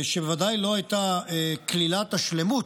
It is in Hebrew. שבוודאי לא הייתה כלילת השלמות,